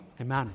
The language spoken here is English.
Amen